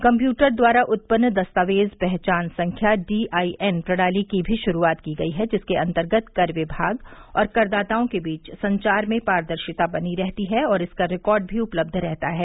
computer द्वारा उत्पन्न दस्तावेज पहचान संख्या डी आई एन प्रणाली की भी शुरूआत की गई है जिसके अंतर्गत कर विभाग और करदाताओं के बीच संचार में पारदर्शिता बनी रहती है और इसका रिकॉर्ड भी उपलब्ध रहता है